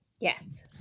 yes